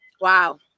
Wow